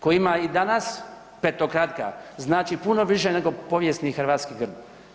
Kojima i danas petokraka znači puno više nego povijesni hrvatski grb.